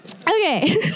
Okay